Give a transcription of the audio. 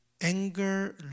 anger